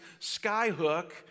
Skyhook